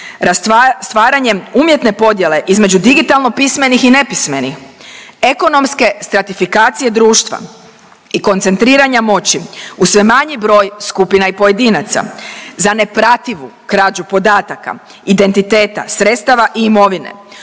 stvaranjem umjetne podjele između digitalno pismenih i nepismenih, ekonomske stratifikacije društva i koncentriranja moći u sve manji broj skupina i pojedinaca, za neprativu krađu podataka, identiteta, sredstava i imovine